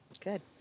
Good